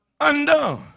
undone